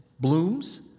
blooms